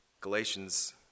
Galatians